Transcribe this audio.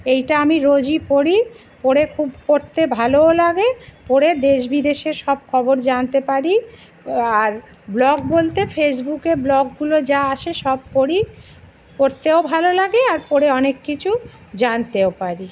এটা আমি রোজই পড়ি পড়ে খুব পড়তে ভালোও লাগে পড়ে দেশ বিদেশের সব খবর জানতে পারি আর ব্লগ বলতে ফেসবুকে ব্লগগুলো যা আসে সব পড়ি পড়তেও ভালো লাগে আর পড়ে অনেক কিছু জানতেও পারি